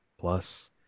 Plus